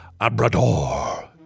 Abrador